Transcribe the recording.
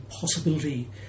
possibility